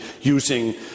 using